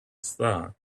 star